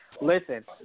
Listen